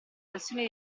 questione